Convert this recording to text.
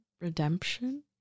Redemption